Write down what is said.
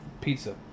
pizza